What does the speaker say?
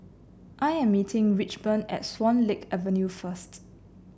I am meeting Richmond at Swan Lake Avenue first